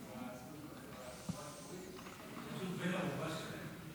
הציבור שנוסע באוטובוסים בתחבורה הציבורית הוא פשוט בן ערובה שלהם,